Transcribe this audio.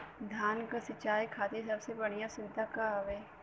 धान क सिंचाई खातिर सबसे बढ़ियां सुविधा का हवे?